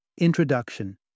Introduction